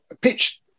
pitch